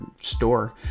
store